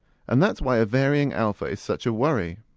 and that's why a varying alpha is such a worry.